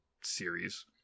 series